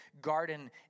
garden